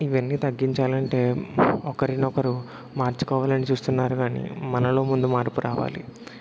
ఇవన్నీ తగ్గించాలంటే ఒకరినొకరు మార్చుకోవాలని చూస్తున్నారు కానీ మనలో ముందు మార్పు రావాలి